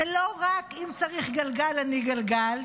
זה לא רק: אם צריך גלגל אני גלגל,